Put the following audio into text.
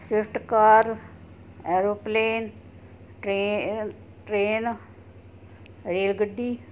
Swift car aeroplane ਟਰੇ train ਰੇਲਗੱਡੀ